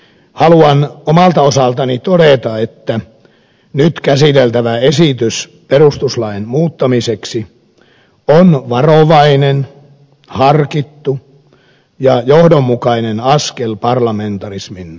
haluan omalta osaltani todeta että nyt käsiteltävä esitys perustuslain muuttamiseksi on varovainen harkittu ja johdonmukainen askel parlamentarismin vahvistamiseksi